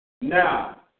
Now